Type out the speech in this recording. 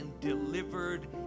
delivered